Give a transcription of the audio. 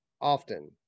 often